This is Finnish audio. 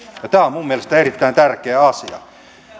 tämä on mielestäni erittäin tärkeä asia